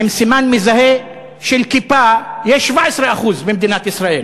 עם סימן מזהה של כיפה, יש 17% במדינת ישראל.